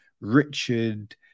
Richard